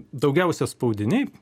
daugiausia spaudiniai